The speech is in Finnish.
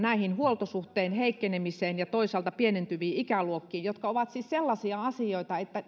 huoltosuhteen heikkenemiseen ja toisaalta pienentyviin ikäluokkiin jotka ovat siis sellaisia asioita että